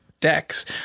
decks